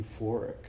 euphoric